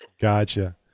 Gotcha